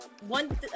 one